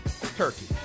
turkey